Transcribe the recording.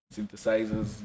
synthesizers